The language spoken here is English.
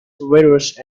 rarest